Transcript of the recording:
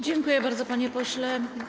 Dziękuję bardzo, panie pośle.